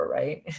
right